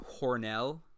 Hornell